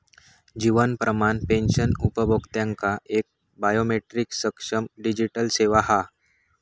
जीवन प्रमाण पेंशन उपभोक्त्यांका एक बायोमेट्रीक सक्षम डिजीटल सेवा हा